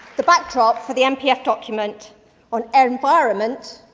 the backdrop for the npf document on environment,